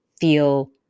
feel